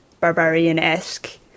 barbarian-esque